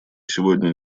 сегодня